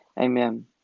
Amen